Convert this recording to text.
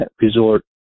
resort